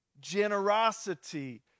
generosity